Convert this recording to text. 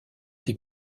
des